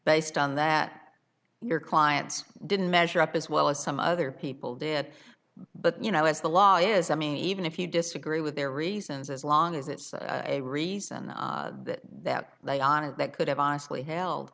based on that your clients didn't measure up as well as some other people did but you know as the law is i mean even if you disagree with their reasons as long as it's a reason that they on it that could have honestly held